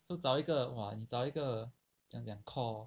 so 找一个 !wah! 你找一个怎样讲 core